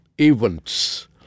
events